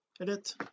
Edit